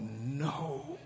no